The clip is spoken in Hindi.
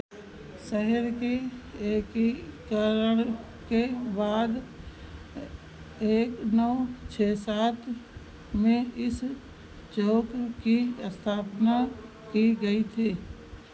शहर के एकीकरण के बाद एक नौ छः सात में इस चौक की स्थापना की गई थी